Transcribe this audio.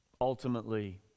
Ultimately